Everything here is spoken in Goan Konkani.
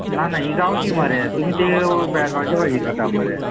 ना ना ही गांवठी मरे तुमी ती बॅगांची भाजी खाता मरे